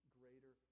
greater